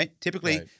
Typically